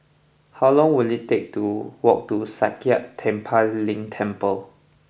how long will it take to walk to Sakya Tenphel Ling Temple